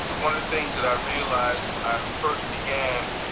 one of the things that i realized when i first began